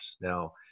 Now